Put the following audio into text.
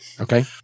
Okay